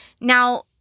Now